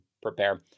prepare